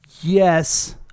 Yes